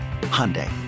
Hyundai